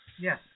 Yes